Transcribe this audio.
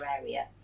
area